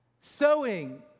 sewing